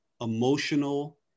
emotional